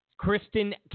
Kristen